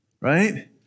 right